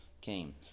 came